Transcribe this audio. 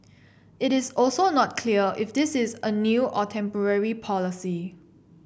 it is also not clear if this is a new or temporary policy